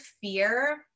fear